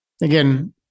Again